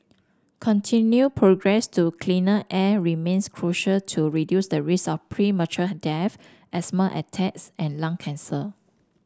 continued progress to cleaner air remains crucial to reduce the risk of premature death asthma attacks and lung cancer